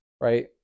right